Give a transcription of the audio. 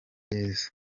yezu